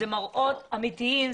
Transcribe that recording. אלה מראות אמיתיים.